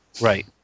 Right